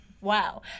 wow